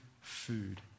food